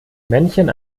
männchen